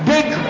Big